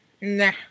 nah